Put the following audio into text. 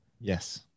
yes